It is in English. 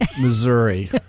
Missouri